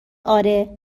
آره